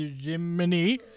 Jiminy